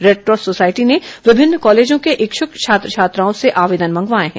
Red Cross society ने विभिन्न कॉलेजों के इच्छुक छात्र छात्राओं से आवेदन मंगवाए हैं